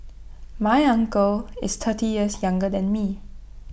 my uncle is thirty years younger than me